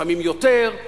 לפעמים יותר,